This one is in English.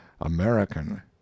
American